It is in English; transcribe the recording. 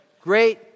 great